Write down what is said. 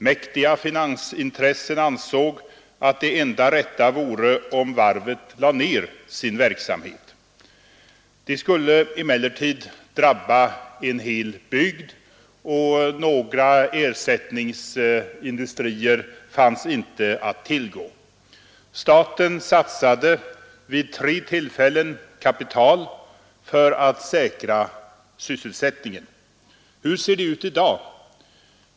Mäktiga finansintressen ansåg att det enda rätta vore om varvet lade ner sin verksamhet. Det skulle emellertid drabba en hel bygd. Några ersättningsindustrier fanns inte att tillgå. Staten satsade vid tre tillfällen kapital för att säkra sysselsättningen. Hur ser det ut i dag?